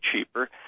cheaper